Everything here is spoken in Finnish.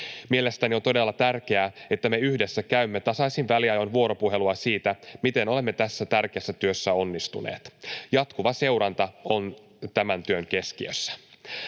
Mielestäni on todella tärkeää, että me yhdessä käymme tasaisin väliajoin vuoropuhelua siitä, miten olemme tässä tärkeässä työssä onnistuneet. Jatkuva seuranta on tämän työn keskiössä.